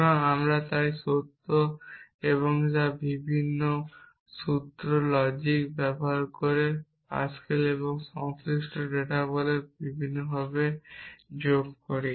সুতরাং আমি তাই সত্য যে তারা ভিন্ন সুতরাং লজিক যন্ত্রপাতি মূলত প্যাকেবল এবং সংশ্লিষ্ট ডেটা বলে এবং নিয়মের ফলাফল যোগ করে